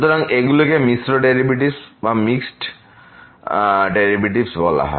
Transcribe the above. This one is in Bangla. সুতরাং এগুলিকে মিশ্র ডেরিভেটিভস বলা হয়